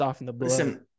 Listen